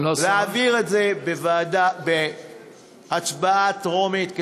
להעביר את זה בקריאה טרומית,